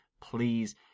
please